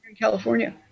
California